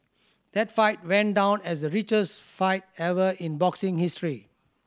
that fight went down as the richest fight ever in boxing history